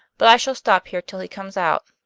but i shall stop here till he comes out.